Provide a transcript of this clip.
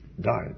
died